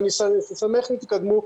ואני אשמח אם תקדמו,